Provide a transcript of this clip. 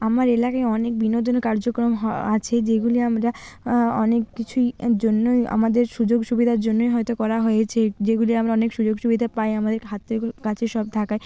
আমার এলাকায় অনেক বিনোদন কার্যক্রম আছে যেগুলি আমরা অনেক কিছুই জন্যই আমাদের সুযোগ সুবিধার জন্যই হয়তো করা হয়েছে যেগুলি আমরা অনেক সুযোগ সুবিধে পাই আমাদেরকে হাতের কাছে সব থাকায়